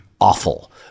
awful